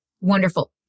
Wonderful